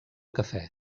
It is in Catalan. cafè